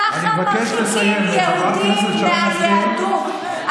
ככה מרחיקים יהודים מהיהדות.